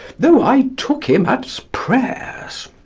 though i took him at's prayers.